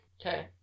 Okay